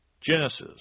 Genesis